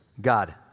God